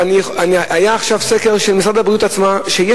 היה עכשיו סקר של משרד הבריאות עצמו,